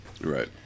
Right